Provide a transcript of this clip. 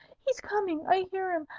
he's coming! i hear him.